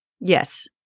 Yes